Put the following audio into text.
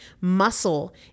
Muscle